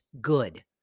good